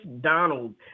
Donald